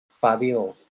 Fabio